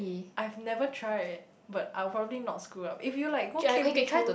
I have never tried but I will probably not screw up if you like go K_B_B_Q